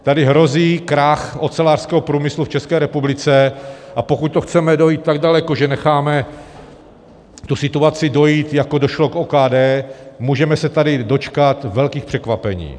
Tady hrozí krach ocelářského průmyslu v České republice, a pokud to chceme dojít tak daleko, že necháme tu situaci dojít, jako došlo k OKD, můžeme se tady dočkat velkých překvapení.